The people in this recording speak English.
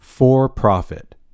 For-profit